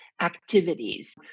activities